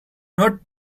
not